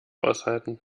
aushalten